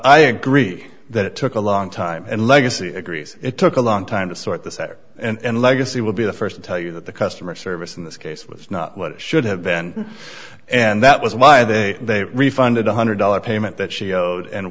i agree that it took a long time and legacy agrees it took a long time to sort this out and legacy will be the first to tell you that the customer service in this case was not what it should have been and that was why they they refunded one hundred dollars payment that she